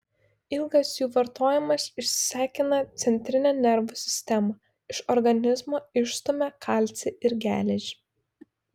ilgas jų vartojimas išsekina centrinę nervų sistemą iš organizmo išstumia kalcį ir geležį